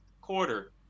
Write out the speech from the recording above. quarter